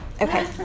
Okay